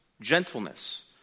gentleness